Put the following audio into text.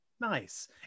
Nice